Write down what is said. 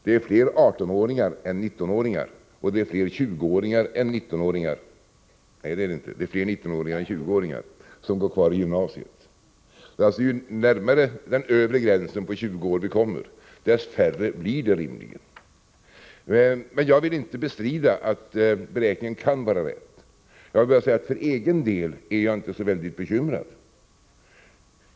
Det är fler 18-åringar än 19-åringar och fler 19-åringar än 20-åringar som går kvar i gymnasiet. Ju närmare den övre gränsen på 20 år vi kommer, desto färre blir det rimligen. Men jag vill inte bestrida att beräkningen kan vara rätt. Jag vill bara säga att för egen del är jag inte så väldigt bekymrad.